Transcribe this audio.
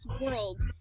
world